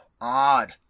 odd